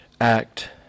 act